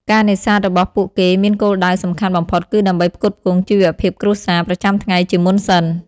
ការនេសាទរបស់ពួកគេមានគោលដៅសំខាន់បំផុតគឺដើម្បីផ្គត់ផ្គង់ ជីវភាពគ្រួសារ ប្រចាំថ្ងៃជាមុនសិន។